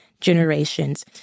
generations